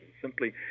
simply